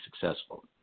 successful